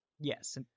yes